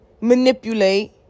manipulate